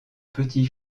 petit